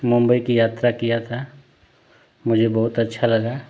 मुंबई की यात्रा किया था मुझे बहुत अच्छा लगा